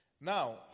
Now